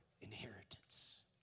inheritance